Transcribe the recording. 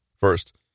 First